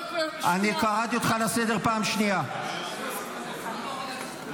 אני קראתי אותך לסדר פעם ראשונה -- אתה לא קראת אותו לסדר,